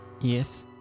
Yes